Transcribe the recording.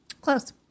Close